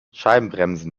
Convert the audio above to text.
scheibenbremsen